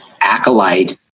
acolyte